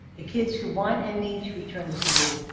the kids who want and need to return to school,